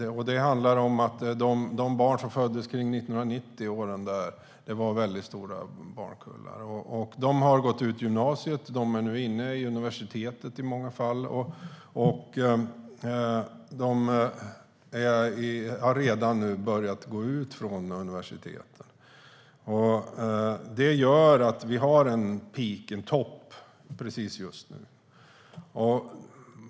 Det handlar om att de barn som föddes under åren kring 1990 och som nu är ungdomar är väldigt många. De har gått ut gymnasiet, och de är nu i många fall inne i universitetet. De har också redan börjat gå ut från universitetet. Det gör att vi har en topp precis nu.